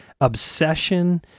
obsession